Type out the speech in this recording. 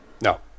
No